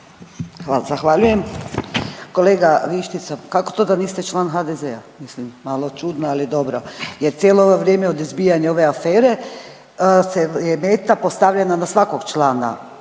(HDZ)** Zahvaljujem. Kolega Vištica kako to da niste član HDZ-a mislim malo čudno, ali dobro jer cijelo ovo vrijeme od izbijanja ove afere se je meta postavljena na svakog člana